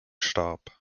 starb